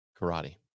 karate